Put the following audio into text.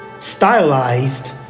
stylized